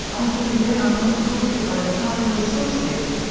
arguing they are not supported by the primary sources.